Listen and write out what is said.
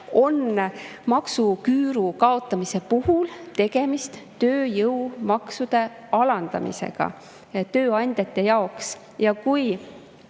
on maksuküüru kaotamise puhul tegemist tööjõumaksude alandamisega tööandjate jaoks. Ja kui